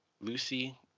Lucy